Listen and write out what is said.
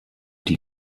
die